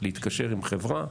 להתקשר עם חברה?